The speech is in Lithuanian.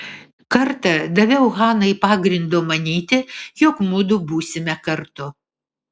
kartą daviau hanai pagrindo manyti jog mudu būsime kartu